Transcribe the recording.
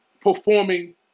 performing